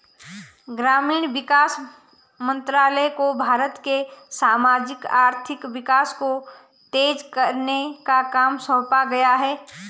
ग्रामीण विकास मंत्रालय को भारत के सामाजिक आर्थिक विकास को तेज करने का काम सौंपा गया है